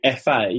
fa